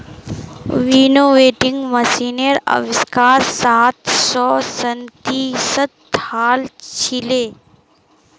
winnowing मशीनेर आविष्कार सत्रह सौ सैंतीसत हल छिले